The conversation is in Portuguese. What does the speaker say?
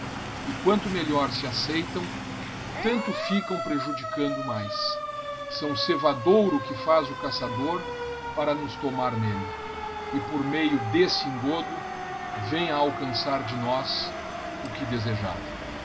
e quanto melhor se acceitão tanto ficão prejudicando mais são cevadouro que faz o caçador para nos tomar nelle e por meio desse engodo vem a alcançar de nós o que desejava